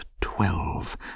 twelve